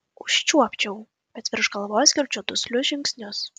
užčiuopčiau bet virš galvos girdžiu duslius žingsnius